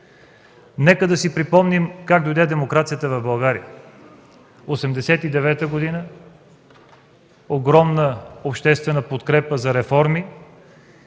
Нека да си припомним как дойде демокрацията в България. В 1989 г. – огромна обществена подкрепа на реформи